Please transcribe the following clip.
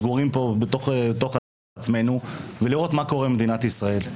סגורים פה בתוך עצמנו ולראות מה קורה במדינת ישראל.